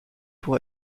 pour